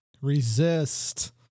Resist